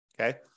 Okay